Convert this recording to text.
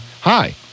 Hi